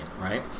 right